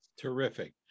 Terrific